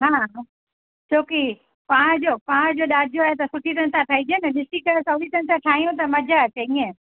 हा छो की पहाज पहाज जो ॾाजो आहे त सुठी दिलि सां ठाहिजे न ॾिसी करे चङी तरह सां ठाहियूं त मज़ो अचे ईअं